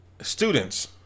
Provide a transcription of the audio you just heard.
Students